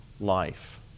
life